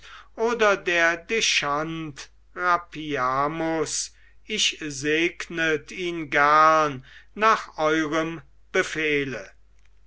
oder der dechant rapiamus ich segnet ihn gern nach eurem befehle